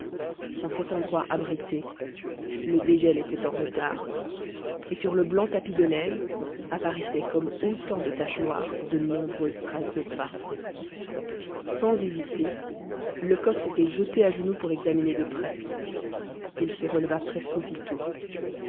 en cet endroit abrité le dégel était en retard et sur le blanc tapis de neige apparaissaient comme autant de taches noires de nombreuses traces de pas sans hésiter lecoq s'était jeté à genoux pour examiner de près il se releva presque aussitôt